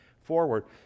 forward